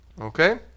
Okay